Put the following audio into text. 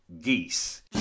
Geese